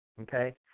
okay